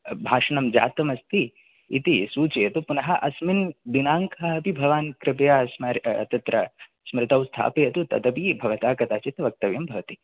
भाषणं जातमस्ति इति सूचयतु पुनः अस्मिन् दिनाङ्कः अपि भवान् कृपया तत्र स्मृतौ स्थापयतु तदपि भवता कदाचित् वक्तव्यं भवति